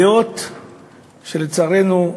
הדעות, לצערנו,